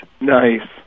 Nice